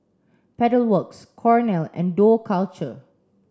Pedal Works Cornell and Dough Culture